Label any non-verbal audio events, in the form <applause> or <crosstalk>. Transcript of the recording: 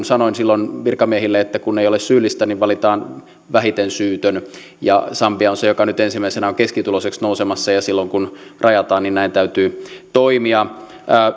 <unintelligible> sanoin silloin virkamiehille kun ei ole syyllistä niin valitaan vähiten syytön ja sambia on se joka nyt ensimmäisenä on keskituloiseksi nousemassa ja silloin kun rajataan niin näin täytyy toimia